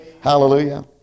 hallelujah